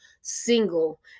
single